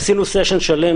עשינו סשן שלם,